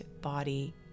body